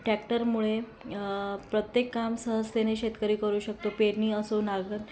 टॅक्टरमुळे प्रत्येक काम सहजतेने शेतकरी करू शकतो पेरणी असो नांगर